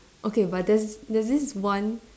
okay but there's there's this one